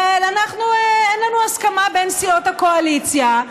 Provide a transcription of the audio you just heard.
ואין לנו הסכמה בין סיעות הקואליציה.